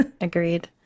Agreed